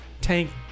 tank